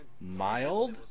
mild